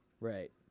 Right